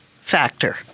factor